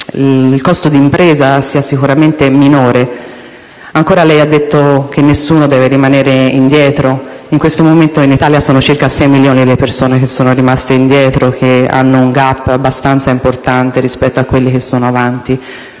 il costo d'impresa sia sicuramente minore. Ancora, lei ha detto che nessuno deve rimanere indietro: in questo momento in Italia sono circa sei milioni le persone che sono rimaste indietro e che hanno un *gap* abbastanza importante rispetto a quelli che sono avanti.